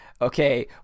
okay